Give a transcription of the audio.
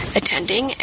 attending